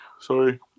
Sorry